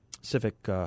civic